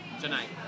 Tonight